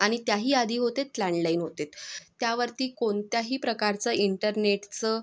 आणि त्याही आधी होते लँडलाईन होते त्यावरती कोणत्याही प्रकारचं इंटरनेटचं